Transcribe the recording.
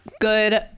good